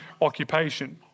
occupation